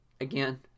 again